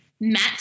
met